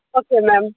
okay ma'am